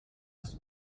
das